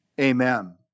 Amen